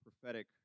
prophetic